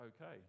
okay